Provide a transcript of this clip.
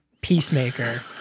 Peacemaker